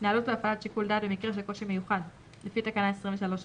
התנהלות והפעלת שיקול דעת במקרה של קושי מיוחד לפי תקנה 23(ב),